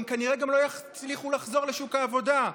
גם כנראה לא יצליחו לחזור לשוק העבודה.